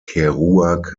kerouac